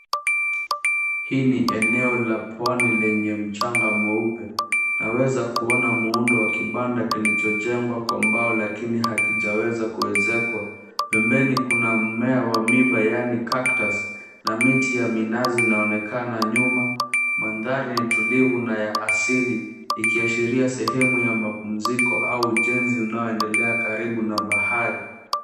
Hii ni eneo la Pwani lenye mchanga mweupe, naweza kuona muundo wa kibanda kilichojengwa kwa mbao lakini hakijaweza kuezekwa pembeni, kuna mimea wa miba yaani Cactus na miti ya minazi inaonekana nyuma mandhari ni tulivu na ya asili ikiashiria sehemu ya mapumziko au ujenzi unaoendelea karibu na bahari.